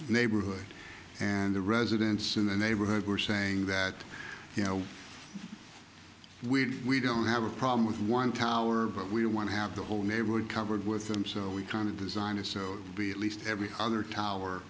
neighborhood and the residents in the neighborhood were saying that you know we don't have a problem with one tower but we want to have the whole neighborhood covered with them so we kind of designed it so be at least every other tower